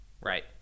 Right